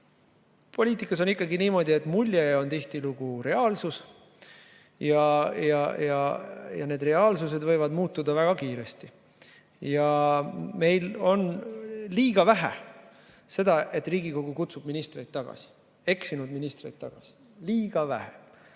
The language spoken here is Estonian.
poliitikas on ikkagi niimoodi, et mulje on tihtilugu reaalsus. Need reaalsused võivad muutuda väga kiiresti. Meil on olnud liiga vähe seda, et Riigikogu kutsub ministreid, eksinud ministreid tagasi, liiga vähe.